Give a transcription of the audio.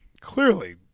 clearly